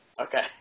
Okay